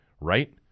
right